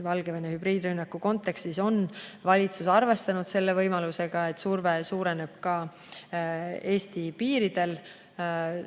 Valgevene hübriidrünnaku kontekstis on valitsus arvestanud võimalusega, et surve suureneb ka Eesti piiridel.